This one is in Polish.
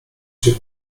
się